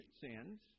sins